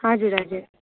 हजुर हजुर